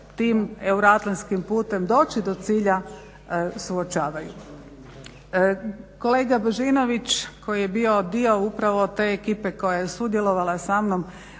tim euroatlantskim putem doći do cilja suočavaju. Kolega Božinović koji je bio dio upravo te ekipe koja je sudjelovala samnom